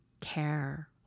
care